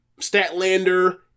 Statlander